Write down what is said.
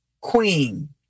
queen